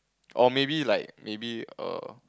or maybe like maybe err